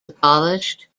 abolished